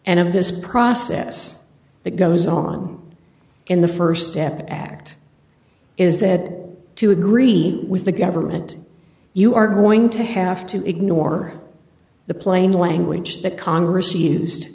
of this process that goes on in the st step act is that to agree with the government you are going to have to ignore the plain language that congress used